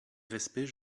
respect